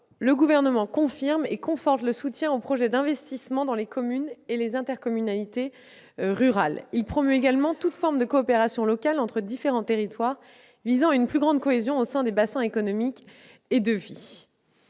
le Gouvernement confirme et conforte le soutien aux projets d'investissement dans les communes et les intercommunalités rurales. Il promeut également toute forme de coopération locale entre différents territoires, en vue d'instaurer une plus grande cohésion au sein des bassins économiques et de vie.